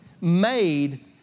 made